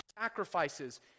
sacrifices